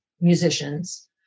musicians